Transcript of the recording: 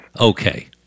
Okay